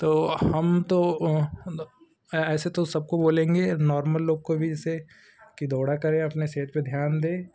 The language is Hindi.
तो हम तो ऐसे तो सबको बोलेंगे नॉर्मल लोग को भी इसे कि दौड़ा करें अपने सेहत पर ध्यान दे